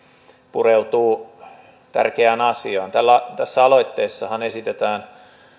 pureutuu tärkeään asiaan tässä aloitteessahan esitetään